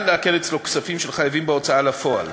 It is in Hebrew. שאפשר לעקל אצלו כספים של חייבים בהוצאה לפועל.